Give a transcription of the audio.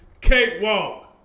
cakewalk